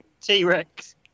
T-Rex